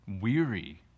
weary